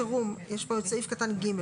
יש פה את סעיף קטן (ג),